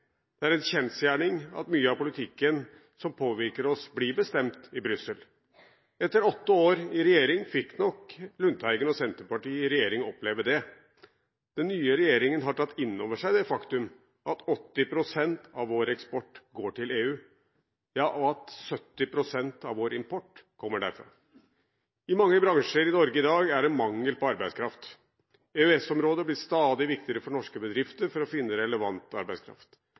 Det er en kjensgjerning at mye av politikken som påvirker oss, blir bestemt i Brussel, og etter åtte år i regjering fikk nok Lundteigen og Senterpartiet oppleve det. Den nye regjeringen har tatt inn over seg det faktum at 80 pst. av vår eksport går til EU, og at 70 pst. av vår import kommer derfra. I mange bransjer i Norge i dag er det mangel på arbeidskraft. EØS-området blir stadig viktigere for norske bedrifter for å finne relevant arbeidskraft.